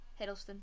Hiddleston